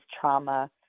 trauma